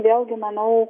vėlgi manau